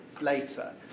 later